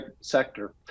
sector